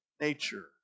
nature